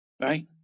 Right